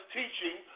teaching